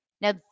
Now